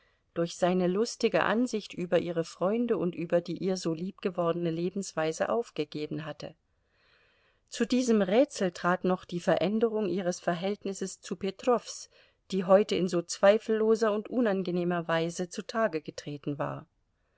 durch seine lustige ansicht über ihre freunde und über die ihr so liebgewordene lebensweise aufgegeben hatte zu diesem rätsel trat noch die veränderung ihres verhältnisses zu petrows die heute in so zweifelloser und unangenehmer weise zutage getreten war